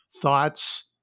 thoughts